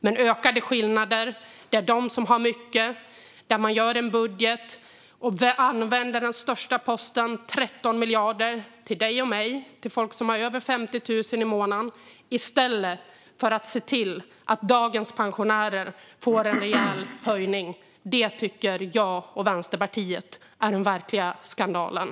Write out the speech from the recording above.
Men det är ökade skillnader, och man gör en budget där man använder den största posten, 13 miljarder, till dig och mig, till folk som har över 50 000 i månaden, i stället för att se till att dagens pensionärer får en rejäl höjning. Det tycker jag och Vänsterpartiet är den verkliga skandalen.